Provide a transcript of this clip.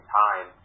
time